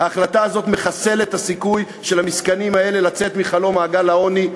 ההחלטה הזאת מחסלת את הסיכוי של המסכנים האלה לצאת ממעגל העוני,